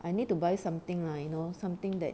I need to buy something lah you know something that